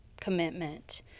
commitment